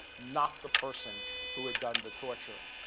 not the person who had done the torturing.